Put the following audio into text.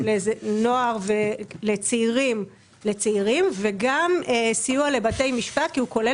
שירותים לצעירים וגם סיוע לבתי משפט כי הוא כולל